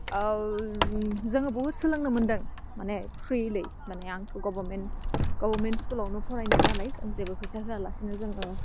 औ जोङो बुहुत सोलोंनो मोनदों माने फ्रिलै माने आंथ' गभारमेन्ट गभारमेन्ट स्कुलावनो फरायनाय नालाय जों जेबो फैसा होआ लासिनो जोङो